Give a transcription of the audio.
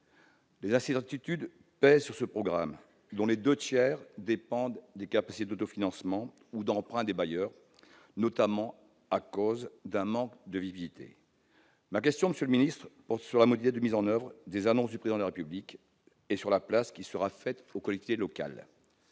Des incertitudes pèsent sur ce programme, dont les deux tiers dépendent des capacités d'autofinancement ou d'emprunt des bailleurs, notamment à cause d'un manque de visibilité. Monsieur le ministre, ma question porte sur les modalités de mise en oeuvre des annonces du Président de la République et sur la place qui sera faite aux collectivités locales.